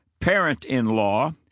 parent-in-law